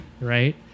right